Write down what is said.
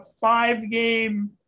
five-game